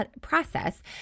process